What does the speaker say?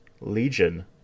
Legion